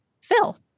Phil